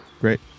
Great